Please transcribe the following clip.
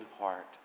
heart